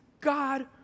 God